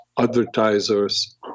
advertisers